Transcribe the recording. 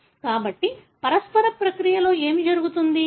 కాబట్టి పరస్పర ప్రక్రియలో ఏమి జరుగుతుంది